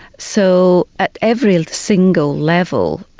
so at every single level,